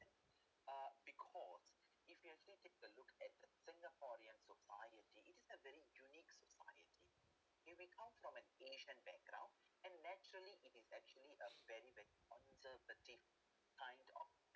uh because if you actually take a look at the singaporean society it is a very unique society you may come from an asian background and naturally it is actually a very very conservative